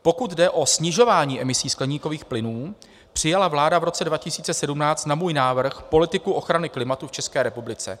Pokud jde o snižování emisí skleníkových plynů, přijala vláda v roce 2017 na můj návrh politiku ochrany klimatu v České republice.